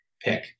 pick